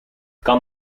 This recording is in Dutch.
kan